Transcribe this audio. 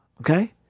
okay